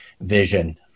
Vision